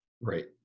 Right